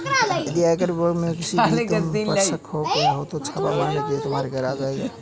यदि आयकर विभाग में किसी को तुम पर शक हो गया तो वो छापा मारने तुम्हारे घर आ जाएंगे